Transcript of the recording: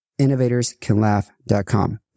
innovatorscanlaugh.com